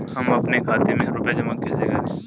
हम अपने खाते में रुपए जमा कैसे करें?